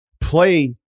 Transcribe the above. play